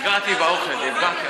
נפגעתי מהאוכל.